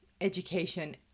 education